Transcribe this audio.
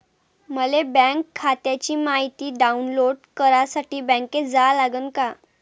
मले बँक खात्याची मायती डाऊनलोड करासाठी बँकेत जा लागन का?